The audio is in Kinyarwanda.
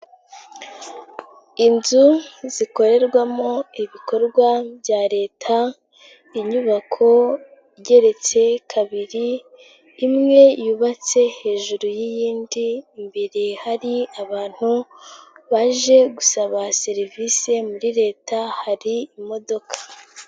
Inzu zikorerwamo ibikorwa bya Leta. Inyubako igeretse kabiri, imwe yubatse hejuru y'iyindi, imbere hari abantu baje gusaba serivisi muri Leta hari imodoka.